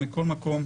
אבל מכל מקום,